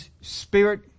spirit